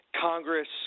Congress